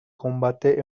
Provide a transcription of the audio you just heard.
combate